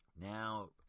Now